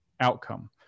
outcome